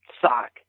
sock